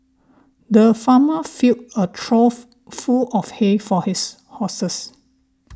the farmer filled a trough full of hay for his horses